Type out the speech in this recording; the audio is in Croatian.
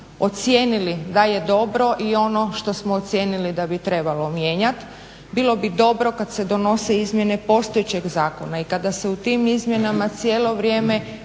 ocijenili da je dobro i ono što smo ocijenili da bi trebalo mijenjati. Bilo bi dobro kad se donose izmjene postojećeg zakona i kada se u tim izmjenama cijelo vrijeme